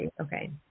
Okay